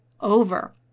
over